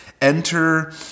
enter